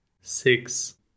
six